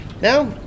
Now